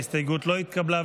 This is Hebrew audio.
ההסתייגות לא התקבלה.